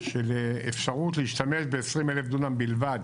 של אפשרות להשתמש ב-20,000 דונם בלבד